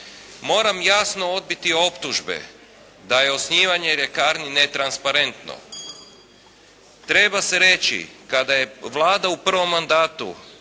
Moram jasno odbiti optužbe da je osnivanje ljekarni ne transparentno. Treba se reći, kada je Vlada u prvom mandatu